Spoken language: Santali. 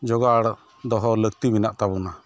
ᱡᱚᱜᱟᱲ ᱫᱚᱦᱚ ᱞᱟᱹᱠᱛᱤ ᱢᱮᱱᱟᱜ ᱛᱟᱵᱚᱱᱟ